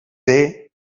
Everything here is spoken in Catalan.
per